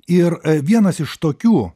ir vienas iš tokių